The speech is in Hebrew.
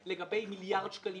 לגבי מיליארד שקלים.